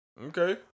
Okay